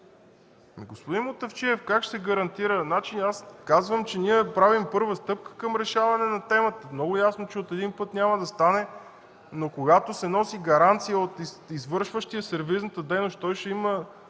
Господин Мутафчиев, аз казвам, че ние правим първа стъпка към решаване на темата. Много ясно, че от един път няма да стане, но когато се носи гаранция от извършващия сервизната дейност, той ще има